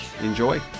enjoy